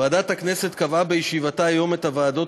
ועדת הכנסת קבעה בישיבתה היום את הוועדות